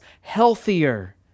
healthier